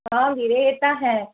ਹਾਂ ਵੀਰੇ ਇਹ ਤਾਂ ਹੈ